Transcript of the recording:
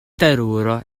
teruro